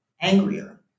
angrier